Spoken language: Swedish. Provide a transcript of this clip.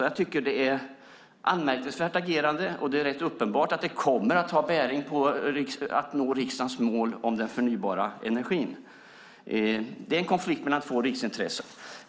Jag tycker att det är ett anmärkningsvärt agerande. Det är rätt uppenbart att det kommer att ha bäring på att nå riksdagens mål om den förnybara energin. Det är en konflikt mellan två riksintressen.